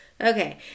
Okay